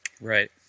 Right